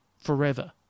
forever